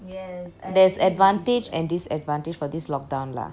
there's advantage and disadvantage for this lockdown lah